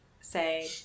say